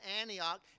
Antioch